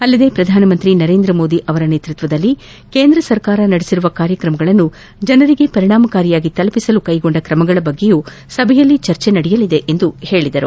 ಅಲ್ಲದೆ ಪ್ರಧಾನಮಂತ್ರಿ ನರೇಂದ್ರಮೋದಿ ಅವರ ನೇತೃತ್ವದಲ್ಲಿ ಕೇಂದ್ರ ಸರ್ಕಾರ ನಡೆಸಿರುವ ಕಾರ್ಯಕ್ರಮಗಳನ್ನು ಜನರಿಗೆ ಪರಿಣಾಮಕಾರಿಯಾಗಿ ತಲುಪಿಸಲು ಕೈಗೊಂಡ ಕ್ರಮಗಳ ಬಗ್ಗೆಯೂ ಸಭೆಯಲ್ಲಿ ಚರ್ಚೆ ನಡೆಯಲಿದೆ ಎಂದು ಹೇಳಿದರು